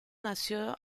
nació